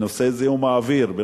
ונושא זיהום האוויר,